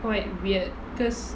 quite weird because